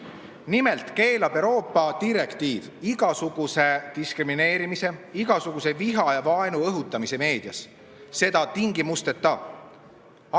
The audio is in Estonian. Nimelt keelab Euroopa direktiiv igasuguse diskrimineerimise, igasuguse viha ja vaenu õhutamise meedias. Seda tingimusteta.